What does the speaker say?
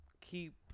keep